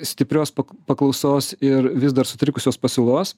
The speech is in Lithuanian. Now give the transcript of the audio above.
stiprios paklausos ir vis dar sutrikusios pasiūlos